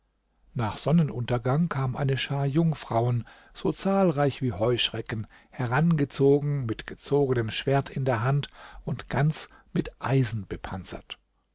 nach sonnenuntergang kam eine schar jungfrauen so zahlreich wie heuschrecken herangezogen mit gezogenem schwert in der hand und ganz mit eisen bepanzert